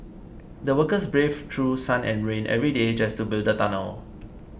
the workers braved through sun and rain every day just to build the tunnel